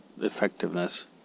effectiveness